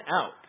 out